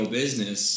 business